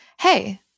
Hey